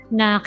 na